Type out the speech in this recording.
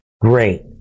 great